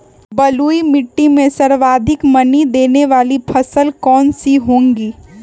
बलुई मिट्टी में सर्वाधिक मनी देने वाली फसल कौन सी होंगी?